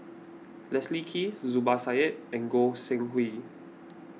Leslie Kee Zubir Said and Goi Seng Hui